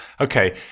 Okay